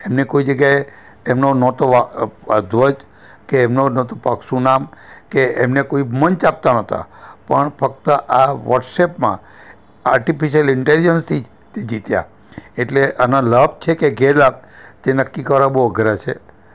એમને કોઈ જગ્યાએ એમનો નહોતો ધ્વજ કે એમનો નહોતું પક્ષનું નામ કે એમને કોઈ મંચ આપતા નહોતા પણ ફક્ત આ વૉટ્સઅપમાં આર્ટિફિસલ ઇન્ટેલિજન્સથી જ તે જીત્યા એટલે આના લાભ છે કે ગેરલાભ તે નક્કી કરવા બહુ અઘરા છે